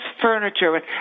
furniture